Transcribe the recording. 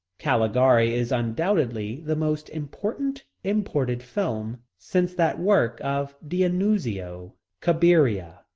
caligari is undoubtedly the most important imported film since that work of d'annunzio, cabiria,